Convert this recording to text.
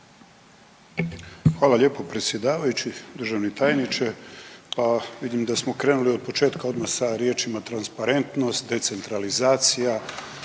Hvala lijepo, predsjedavajući. Državni tajniče, pa vidim da smo krenuli otpočetka odnosno sa riječima „transparentnost“, „decentralizacija“,